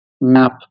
map